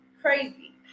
crazy